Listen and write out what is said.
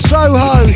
Soho